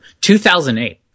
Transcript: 2008